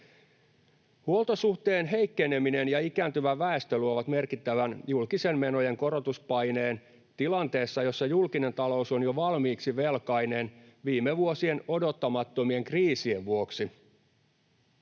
Huoltosuhteen heikkeneminen ja ikääntyvä väestö luovat merkittävän julkisten menojen korotuspaineen tilanteessa, jossa julkinen talous on jo valmiiksi velkainen viime vuosien odottamattomien kriisien vuoksi.